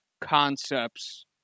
concepts